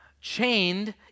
chained